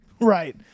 Right